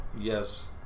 yes